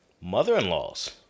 mother-in-laws